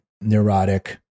neurotic